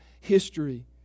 history